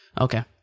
okay